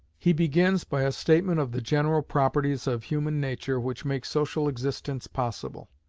he begins by a statement of the general properties of human nature which make social existence possible.